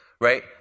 Right